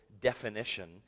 definition